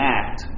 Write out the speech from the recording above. act